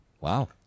Wow